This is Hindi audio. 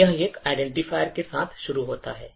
यह एक identifier के साथ शुरू होता है